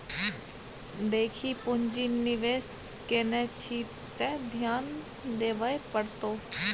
देखी पुंजी निवेश केने छी त ध्यान देबेय पड़तौ